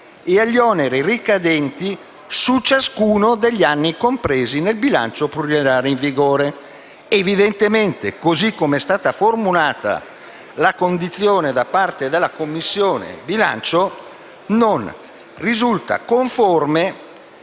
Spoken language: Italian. e agli oneri ricadenti su ciascuno degli anni compresi nel bilancio pluriennale in vigore.». Evidentemente, così com'è stata formulata la condizione da parte della Commissione bilancio, non risulta conforme